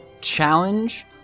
challenge